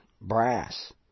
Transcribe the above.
Brass